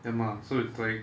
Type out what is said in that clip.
then so it's like